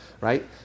Right